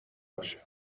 باشه